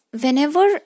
Whenever